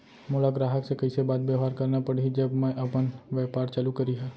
मोला ग्राहक से कइसे बात बेवहार करना पड़ही जब मैं अपन व्यापार चालू करिहा?